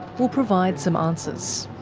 will provide some answers.